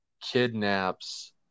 kidnaps